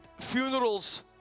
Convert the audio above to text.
funerals